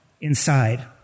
inside